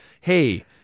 Hey